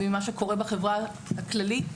וממה שקורה בחברה הכללית.